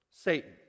Satan